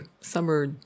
Summer